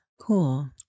cool